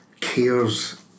cares